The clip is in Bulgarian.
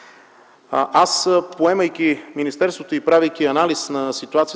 000. Поемайки министерството и правейки анализ на ситуацията,